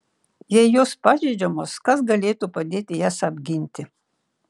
jei jos pažeidžiamos kas galėtų padėti jas apginti